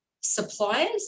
suppliers